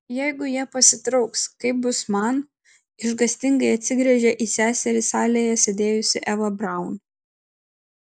jeigu jie pasitrauks kaip bus man išgąstingai atsigręžia į seserį salėje sėdėjusi eva braun